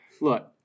Look